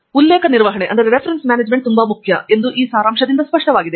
ಉಲ್ಲೇಖ ನಿರ್ವಹಣೆ ತುಂಬಾ ಮುಖ್ಯವಾದ ಕಾರಣ ಈ ಸಾರಾಂಶದಿಂದ ಸ್ಪಷ್ಟವಾಗಿದೆ